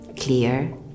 clear